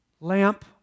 lamp